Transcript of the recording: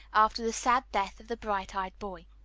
after the sad death of the bright-eyed boy